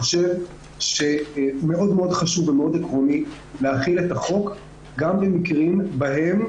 חשוב מאוד ועקרוני מאוד להחיל את החוק גם במקרים שבהם